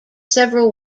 several